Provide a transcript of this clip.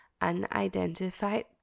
unidentified